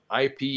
ip